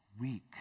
weak